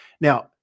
Now